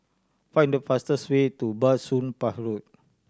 find the fastest way to Bah Soon Pah Road